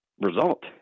result